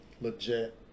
Legit